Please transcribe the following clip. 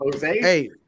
Hey